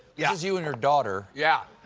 yeah is you and your daughter yeah.